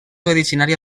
originària